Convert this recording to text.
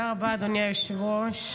תודה רבה, אדוני היושב-ראש.